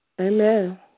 Amen